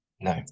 No